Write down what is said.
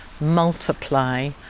multiply